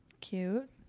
Cute